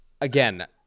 again